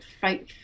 fight